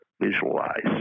visualize